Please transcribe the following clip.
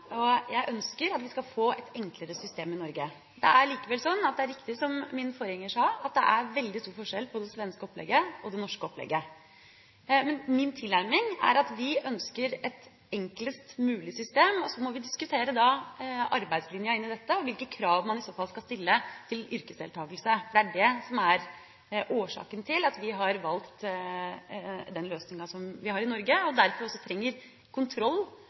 og jeg ønsker at vi skal få et enklere system i Norge. Det er likevel riktig som min forgjenger sa, at det er veldig stor forskjell på det svenske opplegget og det norske opplegget. Min tilnærming er at vi ønsker et enklest mulig system, og så må vi diskutere arbeidslinja inn i dette og hvilke krav man i så fall skal stille til yrkesdeltakelse. Det er det som er årsaken til at vi har valgt den løsninga som vi har i Norge, og derfor også trenger kontroll